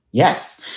yes,